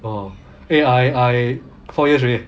!wah! eh I I four years already